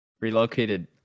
relocated